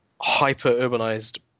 hyper-urbanized